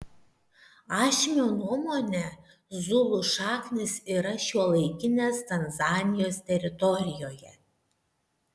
ašmio nuomone zulų šaknys yra šiuolaikinės tanzanijos teritorijoje